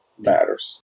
matters